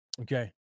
Okay